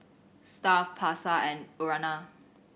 Stuff'd Pasar and Urana